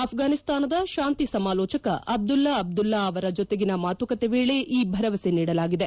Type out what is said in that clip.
ಆಫ್ರಾನಿಸ್ತಾನದ ಶಾಂತಿ ಸಮಾಲೋಚಕ ಅಬ್ದುಲ್ಲ ಅಬ್ದುಲ್ಲಾ ಅವರ ಜೊತೆಗಿನ ಮಾತುಕತೆ ವೇಳೆ ಈ ಭರವಸೆ ನೀಡಲಾಗಿದೆ